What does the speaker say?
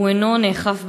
הוא אינו נאכף במלואו.